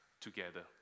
together